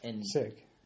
Sick